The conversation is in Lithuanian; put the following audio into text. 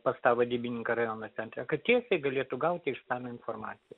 pas tą vadybininką rajono centre kad tiesiai galėtų gauti išsamią informaciją